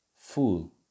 full